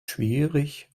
schwierig